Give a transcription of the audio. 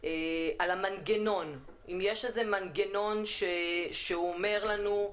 על המנגנון, אם יש מנגנון שאומר לנו,